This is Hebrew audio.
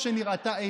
זה השינוי שהבטחתם?